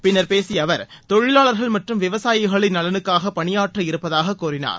பின்னர் பேசிய அவர்தொழிவாளர்கள் மற்றும் விவசாயிகளின் நலனுக்காக பணியாற்ற இருப்பதாக கூறினார்